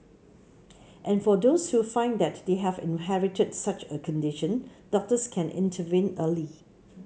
and for those who find that they have inherited such a condition doctors can intervene early